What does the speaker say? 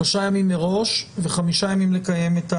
שלושה ימים מראש וחמישה ימים לקיים.